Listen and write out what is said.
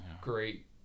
great